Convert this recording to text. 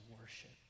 worship